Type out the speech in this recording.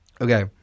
Okay